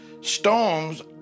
Storms